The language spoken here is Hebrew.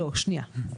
לא, שנייה.